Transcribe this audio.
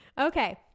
Okay